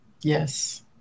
Yes